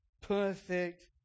perfect